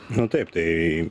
nu taip tai